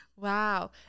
Wow